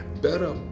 better